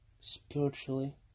Spiritually